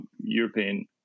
European